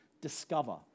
Discover